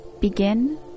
begin